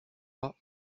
pas